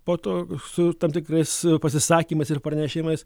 po to su tam tikrais pasisakymais ir pranešimais